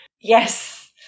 Yes